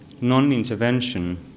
non-intervention